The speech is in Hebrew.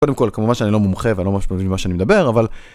קודם כל, כמובן שאני לא מומחה ואני לא ממש מבין במה שאני מדבר, אבל...